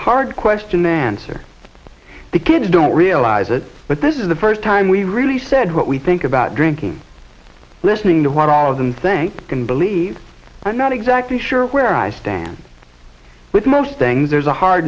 hard question mansour the kids don't realize it but this is the first time we really said what we think about drinking listening to what all of them think can believe i'm not exactly sure where i stand with most things there's a hard